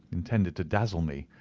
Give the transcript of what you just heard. intended to dazzle me,